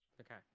Okay